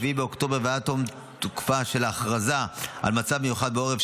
באוקטובר ועד תום תוקפה של ההכרזה על מצב מיוחד בעורף,